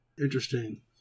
Interesting